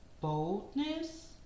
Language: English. boldness